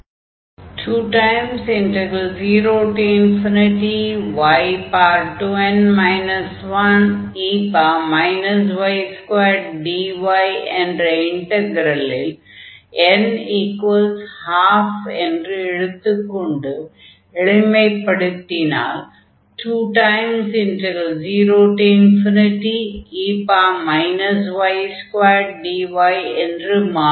ஆகையால் 20y2n 1e y2dy என்ற இன்டக்ரலில் n12 என்று எடுத்துக் கொண்டு எளிமைப் படுத்தினால் 20e y2dy என்று மாறும்